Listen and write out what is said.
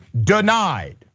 denied